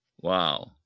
wow